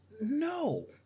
No